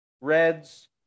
reds